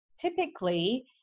typically